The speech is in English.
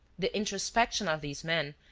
the introspection of these men,